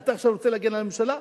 אתה עכשיו רוצה להגן על הממשלה?